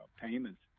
payments